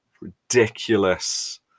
Ridiculous